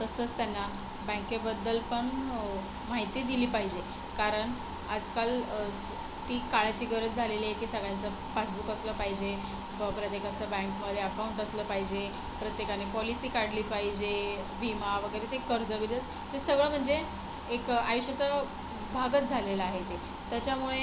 तसंच त्यांना बँकेबद्दल पण माहिती दिली पाहिजे कारण आजकाल ती काळाची गरज झालेली आहे की सगळ्यांचं पासबुक असलं पाहिजे प्रत्येकाचं बँकमध्ये अकाऊंट असलं पाहिजे प्रत्येकाने पॉलिसी काढली पाहिजे विमा वगैरे ते कर्ज वीर्ज हे सगळं म्हणजे एक आयुष्याचं भागच झालेला आहे ते त्याच्यामुळे